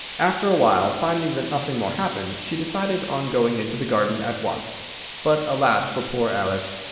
after a while, finding that nothing more happened, she decided on going into the garden at once but, alas for poor alice!